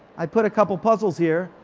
i put a couple puzzles here.